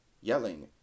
yelling